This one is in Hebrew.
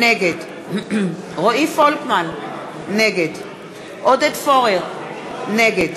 נגד רועי פולקמן, נגד עודד פורר, נגד